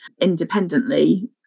independently